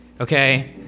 Okay